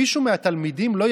אז מה זה